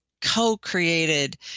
co-created